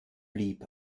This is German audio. blieb